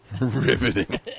Riveting